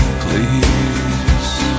please